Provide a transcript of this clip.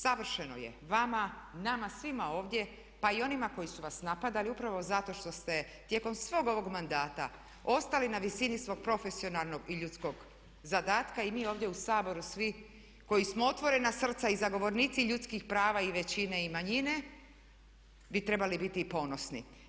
Savršeno je vama, nama svima ovdje pa i onima koji su vas napadali upravo zato što ste tijekom svog ovog mandata ostali na visini svog profesionalnog i ljudskog zadatka i mi ovdje u Saboru svi koji smo otvorena srca i zagovornici ljudskih prava i većine i manjine bi trebali biti ponosni.